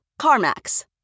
CarMax